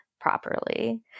properly